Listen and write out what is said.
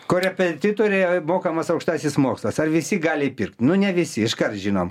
korepetitoriai mokamas aukštasis mokslas ar visi gali įpirkt nu ne visi iškart žinom